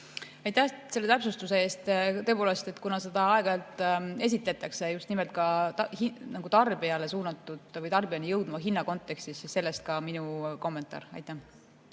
Aitäh selle täpsustuse eest! Tõepoolest, kuna seda aeg-ajalt esitatakse just nimelt ka tarbijale suunatud [sammuna] või tarbijani jõudva hinna kontekstis, siis sellest ka minu kommentaar. Aitäh